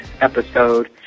episode